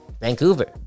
Vancouver